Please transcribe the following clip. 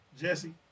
Jesse